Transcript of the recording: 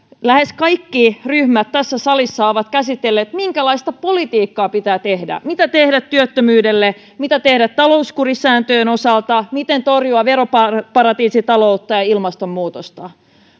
lähes kaikki ryhmät tässä salissa ovat käsitelleet minkälaista politiikkaa pitää tehdä mitä tehdä työttömyydelle mitä tehdä talouskurisääntöjen osalta miten torjua veroparatiisitaloutta ja ilmastonmuutosta